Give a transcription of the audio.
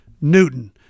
Newton